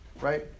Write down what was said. right